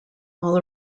all